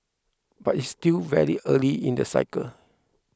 but it's still very early in the cycle